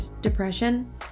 depression